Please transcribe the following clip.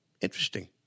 Interesting